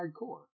hardcore